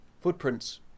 footprints